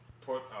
put